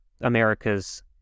America's